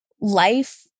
life